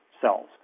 cells